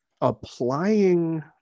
applying